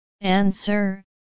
Answer